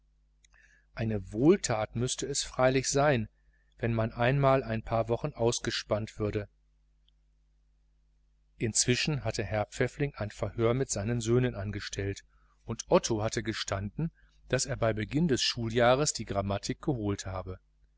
eine wohltat müßte es freilich sein wenn man einmal ein paar wochen ausgespannt würde inzwischen hatte herr pfäffling ein verhör mit seinen söhnen angestellt und otto hatte gestanden daß er bei beginn des schuljahrs die grammatik geholt hatte